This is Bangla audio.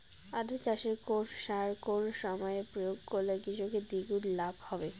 আলু চাষে কোন সার কোন সময়ে প্রয়োগ করলে কৃষকের দ্বিগুণ লাভ হবে?